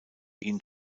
ihn